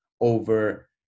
over